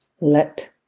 let